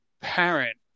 parent